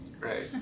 right